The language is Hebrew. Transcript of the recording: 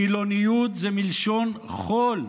חילוניות זה מלשון חול.